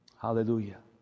Hallelujah